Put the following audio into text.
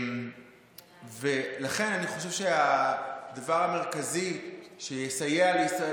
לכן אני חושב שהדבר המרכזי שיסייע לישראל